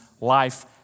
life